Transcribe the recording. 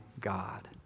God